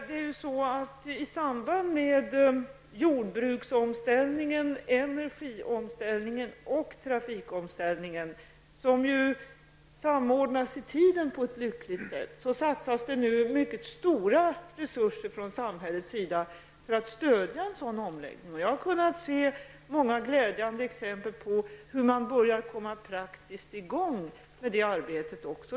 Herr talman! I samband med jordbruksomställningen, energiomställningen och trafikomställningen -- som ju samordnas i tiden på ett lyckligt sätt -- satsas det nu stora resurser från samhällets sida på att stödja en sådan omställning. Jag har kunnat se många glädjande exempel på hur man praktiskt kommer igång med arbetet.